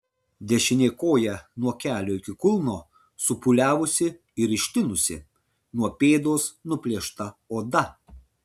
dešinė koja nuo kelio iki kulno supūliavusi ir ištinusi nuo pėdos nuplėšta oda